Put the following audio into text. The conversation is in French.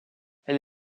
elle